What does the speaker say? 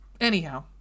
Anyhow